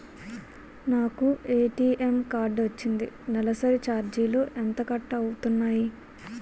నాకు ATM card వచ్చింది నెలసరి ఛార్జీలు ఎంత కట్ అవ్తున్నాయి?